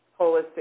holistic